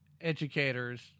educators